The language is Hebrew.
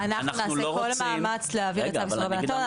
אנחנו נעשה כל מאמץ להעביר צו איסור הלבנת הון,